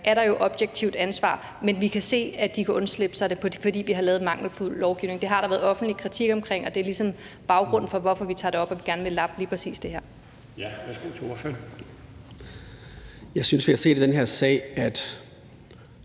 er der jo objektivt ansvar, men vi kan se, at de kan slippe uden om det, fordi vi har en mangelfuld lovgivning. Det har der været offentlig kritik af, og det er ligesom baggrunden for, at vi tager det op og gerne vil lappe lige præcis det her. Kl. 14:43 Den fg. formand